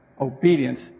obedience